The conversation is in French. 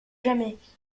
jamais